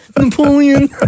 Napoleon